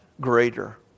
greater